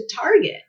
Target